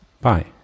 Bye